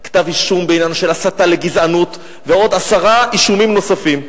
כתב-אישום בעניין של הסתה לגזענות ועוד עשרה אישומים נוספים.